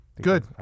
Good